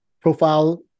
profile